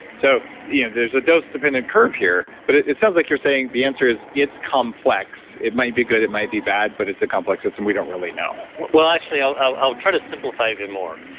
so you know there's a dose-dependent curve here, but it it sounds like you're saying the answer is it's complex. it might be good, it might be bad, but it's a complex system we don't really know actually, i'll i'll try to simplify even more.